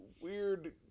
Weird